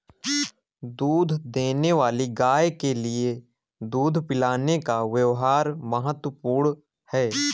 दूध देने वाली गाय के लिए दूध पिलाने का व्यव्हार महत्वपूर्ण है